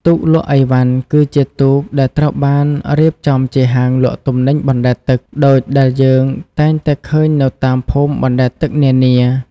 ទូកលក់អីវ៉ាន់ គឺជាទូកដែលត្រូវបានរៀបចំជាហាងលក់ទំនិញអណ្តែតទឹក ដូចដែលយើងតែងតែឃើញនៅតាមភូមិអណ្តែតទឹកនានា។